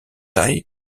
tai